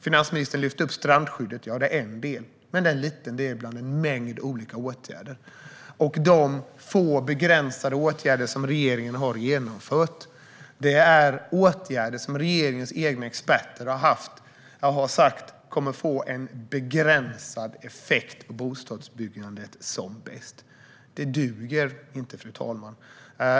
Finansministern tog upp strandskyddet. Det är en del, men det är en liten del i en mängd olika åtgärder. De få och begränsade åtgärder som regeringen har genomfört är åtgärder som regeringens egna experter har sagt kommer att, som bäst, få en begränsad effekt på bostadsbyggandet. Det duger inte, fru talman.